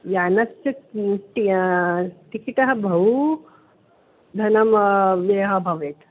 यानस्य टि टिकिटः बहु धनं व्ययः भवेत्